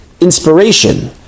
inspiration